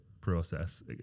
process